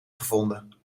gevonden